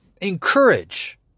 encourage